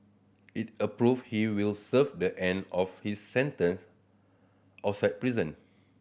it approved he will serve the end of his sentence outside prison